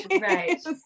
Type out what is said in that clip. Right